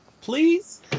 Please